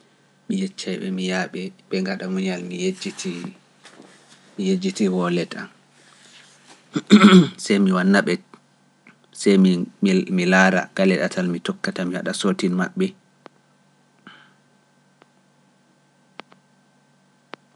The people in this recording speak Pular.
Ɓee yeccee ɓe, mi yaha ɓe, ɓe gaɗa muñal, mi yejjiti, mi yejjiti wallet am, semmi wanna ɓe, semmi mi laara, galle ɗatal mi tokkata, mi haɗa soti maɓɓe.